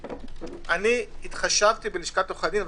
אני התחשבתי בלשכת עורכי הדין.